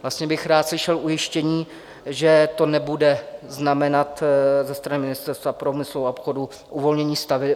Vlastně bych rád slyšel ujištění, že to nebude znamenat ze strany Ministerstva průmyslu a obchodu uvolnění stavidel.